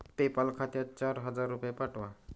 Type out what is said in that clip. PayPal खात्यात चार हजार रुपये पाठवा